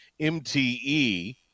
MTE